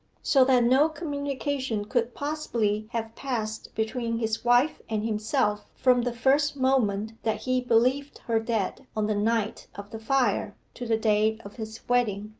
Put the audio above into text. so that no communication could possibly have passed between his wife and himself from the first moment that he believed her dead on the night of the fire, to the day of his wedding.